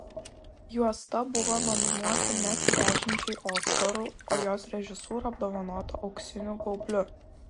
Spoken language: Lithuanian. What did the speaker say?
juosta buvo nominuota net dešimčiai oskarų o jos režisūra apdovanota auksiniu gaubliu